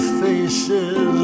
faces